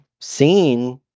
seen